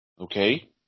Okay